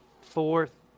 fourth